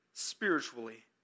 spiritually